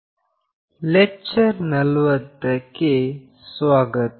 blue tooth ಅನ್ನು ಉಪಯೋಗಿಸಿ ಪ್ರಯೋಗ ಲೆಕ್ಚರ್ 40 ಕ್ಕೆ ಸ್ವಾಗತ